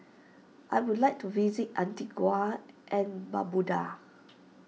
I would like to visit Antigua and Barbuda